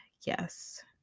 yes